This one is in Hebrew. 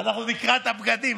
אנחנו נקרע את הבגדים.